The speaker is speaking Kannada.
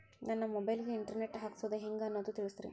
ನನ್ನ ಮೊಬೈಲ್ ಗೆ ಇಂಟರ್ ನೆಟ್ ಹಾಕ್ಸೋದು ಹೆಂಗ್ ಅನ್ನೋದು ತಿಳಸ್ರಿ